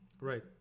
Right